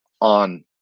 on